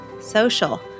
social